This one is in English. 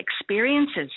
experiences